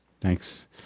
thanks